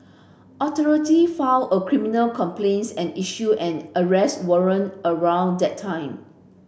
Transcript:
authority filed a criminal complaints and issued an arrest warrant around that time